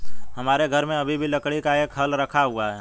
हमारे घर में अभी भी लकड़ी का एक हल रखा हुआ है